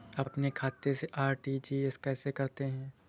अपने खाते से आर.टी.जी.एस कैसे करते हैं?